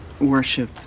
worship